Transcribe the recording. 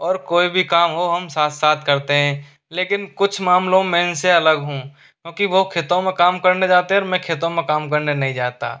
और कोई भी काम हो हम साथ साथ करते हैं लेकिन कुछ मामलों में इनसे अलग हूँ क्योंकि वो खेतों में काम करने जातें है और मैं खेतों में काम करने नहीं जाता